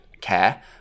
care